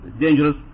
dangerous